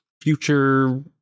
future